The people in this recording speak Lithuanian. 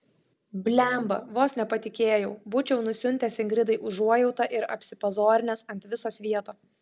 blemba vos nepatikėjau būčiau nusiuntęs ingridai užuojautą ir apsipazorinęs ant viso svieto